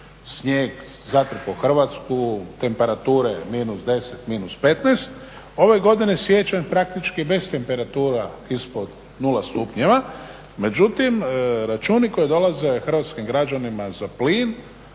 snijeg zatrpo Hrvatsku, temperature minus 10, minus 15, ove godine siječanj praktički bez temperatura ispod 0 stupnjeva, međutim računi koji dolaze hrvatskim građanima za plin